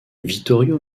vittorio